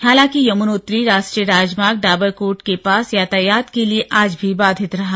हालांकि यमुनोत्री राश्ट्रीय राजमार्ग डाबरकोट के पास यातायात के लिए आज भी बाधित रहा